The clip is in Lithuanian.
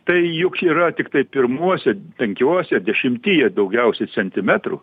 tai juk yra tiktai pirmuose penkiuose dešimtyje daugiausiai centimetrų